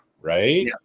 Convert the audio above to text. Right